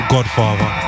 Godfather